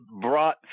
brought